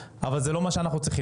אבל זה לא מה שאנחנו צריכים.